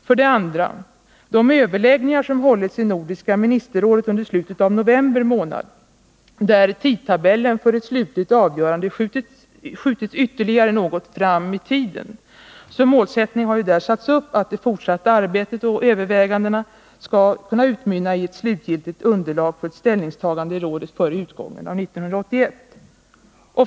För det andra: De överläggningar som hållits i Nordiska ministerrådet under slutet av november månad, där tidtabellen för ett slutligt avgörande skjutits ytterligare något fram i tiden. Som målsättning har där satts upp att arbetet och övervägandena skall utmynna i ett slutgiltigt underlag för ett ställningstagande i rådet före utgången av 1981.